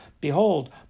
behold